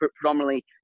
predominantly